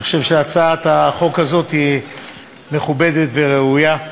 אני חושב שהצעת החוק הזאת היא מכובדת וראויה.